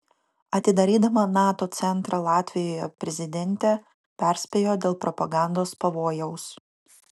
atidarydama nato centrą latvijoje prezidentė perspėjo dėl propagandos pavojaus